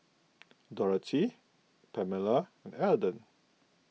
Dorathy Pamella and Alden